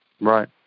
Right